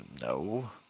No